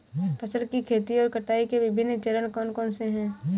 फसल की खेती और कटाई के विभिन्न चरण कौन कौनसे हैं?